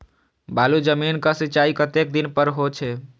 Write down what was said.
बालू जमीन क सीचाई कतेक दिन पर हो छे?